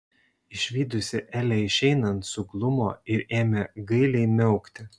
išvydusi elę išeinant suglumo ir ėmė gailiai miaukti